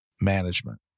management